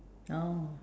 oh